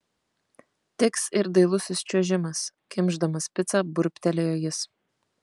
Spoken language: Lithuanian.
tiks ir dailusis čiuožimas kimšdamas picą burbtelėjo jis